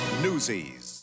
newsies